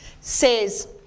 says